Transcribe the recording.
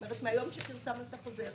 אנחנו נערכים מרגע שהוצאנו את החוזר